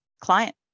client